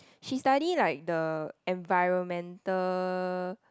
she study like the environmental